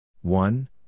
one